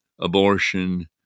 abortion